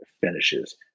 finishes